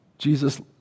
Jesus